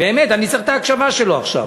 באמת, אני צריך את ההקשבה שלו עכשיו.